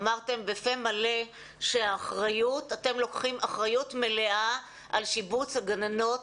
אמרתם בפה מלא שאתם לוקחים אחריות מלאה על שיבוץ הגננות